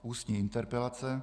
Ústní interpelace